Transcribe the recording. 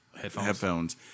headphones